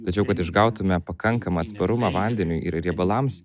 tačiau kad išgautume pakankamą atsparumą vandeniui ir riebalams